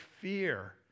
fear